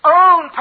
own